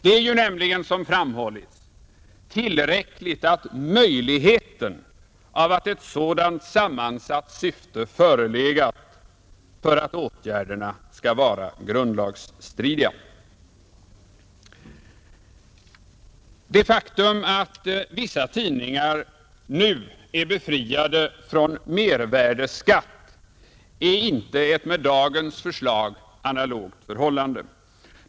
Det är ju, som framhållits, tillräckligt att möjligheten av ett sådant sammansatt syfte förelegat för att åtgärderna skall vara grundlagsstridiga. Det faktum att vissa tidningar nu är befriade från mervärdeskatt är inte ett med dagens förslag analogt förhållande.